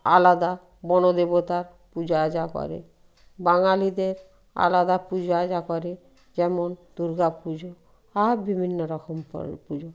আলাদা বন দেবতার পূজো আজা করে বাঙালিদের আলাদা পূজা আজা করে যেমন দুর্গা পুজো আর বিভিন্ন রকম পুজো